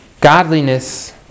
godliness